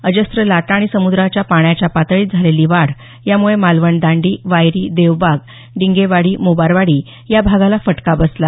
अजस्त्र लाटा आणि समुद्राच्या पाण्याच्या पातळीत झालेली वाढ यामुळे मालवण दांडी वायरी देवबाग डिंगेवाडी मोबारवाडी या भागाला फटका बसला